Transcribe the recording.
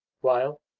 while,